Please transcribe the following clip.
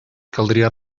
caldria